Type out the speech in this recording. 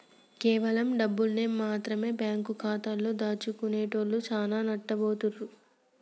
కేవలం డబ్బుల్ని మాత్రమె బ్యేంకు ఖాతాలో దాచుకునేటోల్లు చానా నట్టబోతారు